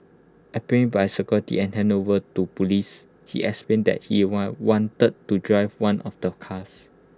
apprehended by security and handed over to Police he explained that he had wanted to drive one of the cars